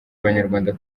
abanyarwanda